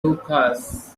hookahs